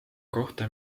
kohta